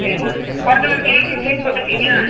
ஓகேமா ஒருத்தவங்களுக்கு எவ்வளோமா ஃபீஸ் போட்டுருக்கீங்க